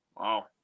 Wow